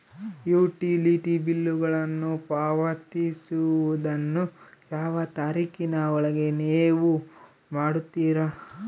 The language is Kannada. ಯುಟಿಲಿಟಿ ಬಿಲ್ಲುಗಳನ್ನು ಪಾವತಿಸುವದನ್ನು ಯಾವ ತಾರೇಖಿನ ಒಳಗೆ ನೇವು ಮಾಡುತ್ತೇರಾ?